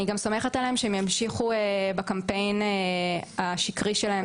אני גם סומכת עליהם שהם ימשיכו בקמפיין השקרי שלהם